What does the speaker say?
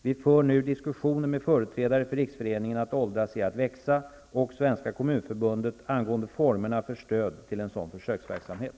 Vi för nu diskussioner med företrädare för Riksföreningen Att åldras är att växa och Svenska kommunförbundet angående formerna för stöd till en sådan försöksverksamhet.